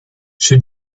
she